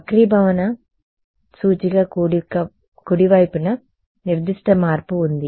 వక్రీభవన సూచిక కుడివైపున నిర్దిష్ట మార్పు ఉంది